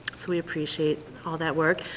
so we appreciate all that work.